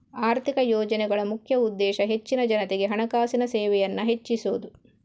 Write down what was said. ಆರ್ಥಿಕ ಯೋಜನೆಗಳ ಮುಖ್ಯ ಉದ್ದೇಶ ಹೆಚ್ಚಿನ ಜನತೆಗೆ ಹಣಕಾಸಿನ ಸೇವೆಯನ್ನ ಹೆಚ್ಚಿಸುದು